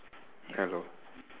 hello